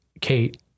Kate